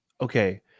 Okay